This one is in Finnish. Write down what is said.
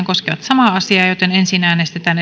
koskevat samaa määrärahaa joten ensin äänestetään